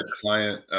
client